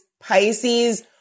Pisces